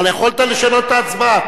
אבל יכולת לשנות את ההצבעה,